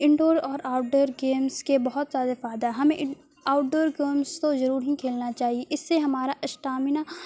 انڈور اور outdoor games کے بہت زیادہ فائدہ ہے ہمیں آؤٹڈور گیمس تو ضرور ہی کھیلنا چاہیے اس سے ہمارا اشٹامنا